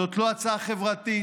זאת לא הצעה חברתית.